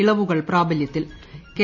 ഇളവുകൾ പ്രാബല്യത്തിൽ കെ